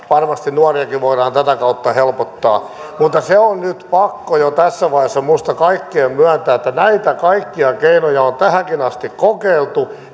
varmasti nuoriakin voidaan tätä kautta helpottaa mutta se on nyt pakko jo tässä vaiheessa minusta kaikkien myöntää että näitä kaikkia keinoja on tähänkin asti kokeiltu